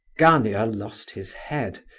gania lost his head.